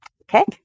Okay